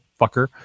fucker